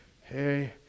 hey